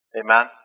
Amen